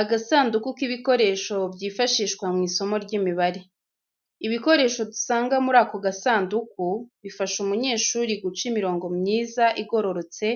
Agasanduku k’ibikoresho byifashishwa mu isomo ry’imibare. Ibikoresho dusanga muri ako gasanduku bifasha umunyeshuri guca imirongo myiza igororotse,